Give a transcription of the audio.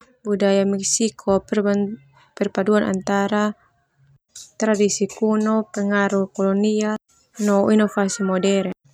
Budaya Mexico perpaduan antara tradisi kuno, pengaruh kolonial no inovasi modern.